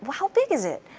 how big is it?